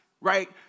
Right